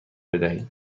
بدهید